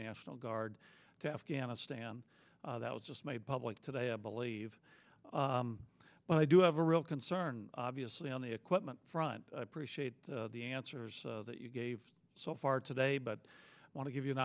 national guard to afghanistan that was just made public today i believe well i do have a real concern obviously on the equipment front appreciate the answers that you gave so far today but i want to give you an